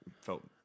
felt